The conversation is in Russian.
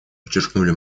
подчеркнули